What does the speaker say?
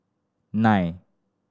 nine